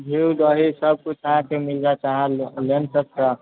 दूध दही सबकिछु अहाँके मिल जाइत अहाँ लेब तब तऽ